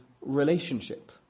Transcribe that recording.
relationship